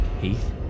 Heath